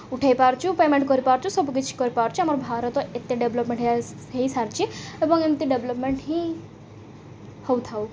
ଉଠାଇ ପାରୁଛୁ ପେମେଣ୍ଟ୍ କରିପାରୁଛୁ ସବୁ କିଛି କରିପାରୁଛୁ ଆମର ଭାରତ ଡେଭ୍ଲପ୍ମେଣ୍ଟ୍ ହୋଇସାରିଛି ଏବଂ ଏମିତି ଡେଭ୍ଲପ୍ମେଣ୍ଟ୍ ହିଁ ହେଉଥାଉ